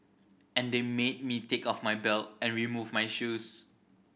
and they made me take off my belt and remove my shoes